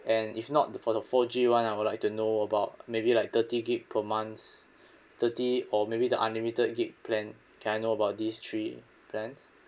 and if not for the four G [one] I would like to know about maybe like thirty gig per month thirty or maybe the unlimited gig plan can I know about these three plans